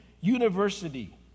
university